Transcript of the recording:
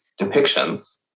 depictions